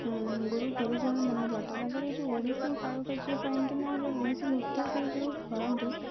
ଗୁରୁ କେଳୁଚରଣ ମହାପାତ୍ର ତାଙ୍କ ଏଇ ଯେଉଁ ଓଡ଼ିଶୀ କାରୁକାର୍ଯ୍ୟ ପାଇଁକି ନା ଯେଉଁ ଓଡ଼ିଶୀ ନୃତ୍ୟ ସେ ଯେଉଁ କରନ୍ତି